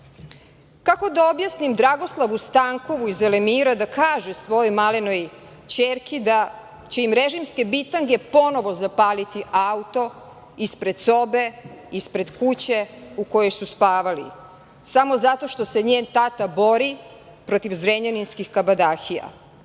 da objasnim Dragoslavu Stankovu iz Zelemira da kaže svojoj malenoj ćerki da će im režimske bitange ponovo zapaliti auto ispred sobe, ispred kuće u kojoj su spavali samo zato što se njen tata bori protiv zrenjaninskih kabadahija,